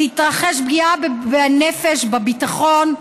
יתרחשו פגיעה בנפש, בביטחון,